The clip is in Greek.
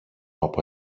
από